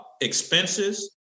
expenses